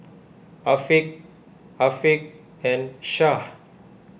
Afiq Afiq and Shah